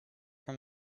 from